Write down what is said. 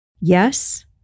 Yes